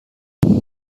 احتمال